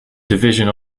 division